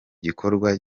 gikorwa